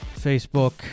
Facebook